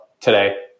today